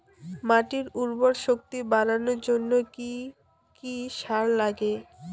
মাটির উর্বর শক্তি বাড়ানোর জন্য কি কি সার লাগে?